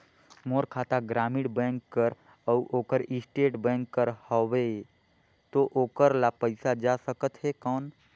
मोर खाता ग्रामीण बैंक कर अउ ओकर स्टेट बैंक कर हावेय तो ओकर ला पइसा जा सकत हे कौन?